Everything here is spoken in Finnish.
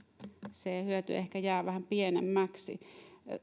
se hyöty ehkä jää vähän pienemmäksi